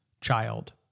child